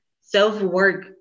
Self-work